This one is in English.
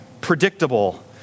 predictable